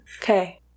Okay